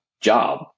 job